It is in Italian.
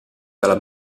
dalla